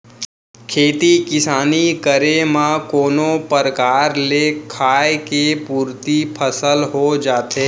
खेती किसानी करे म कोनो परकार ले खाय के पुरती फसल हो जाथे